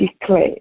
declare